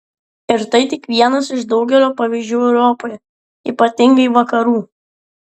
ir tai tik vienas iš daugelio pavyzdžių europoje ypatingai vakarų